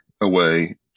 away